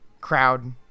crowd